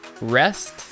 Rest